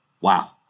Wow